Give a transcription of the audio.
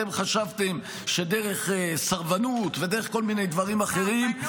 אתם חשבתם שדרך סרבנות ודרך כל מיני דברים אחרים -- סרבנות?